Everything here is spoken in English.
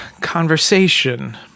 conversation